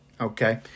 okay